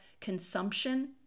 consumption